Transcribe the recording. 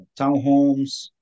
townhomes